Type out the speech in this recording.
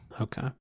Okay